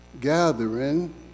gathering